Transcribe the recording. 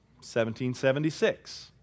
1776